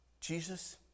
Jesus